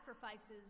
sacrifices